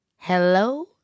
Hello